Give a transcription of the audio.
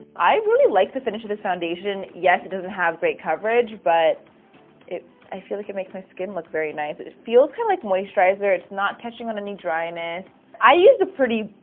i really like the finish of this foundation. yes, it doesn't have great coverage but i feel like it makes my skin look very nice. it it feels kind of like moisturizer it's not catching on any dryness. i use a pretty